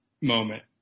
moment